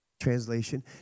Translation